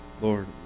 Lord